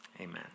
amen